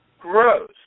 grows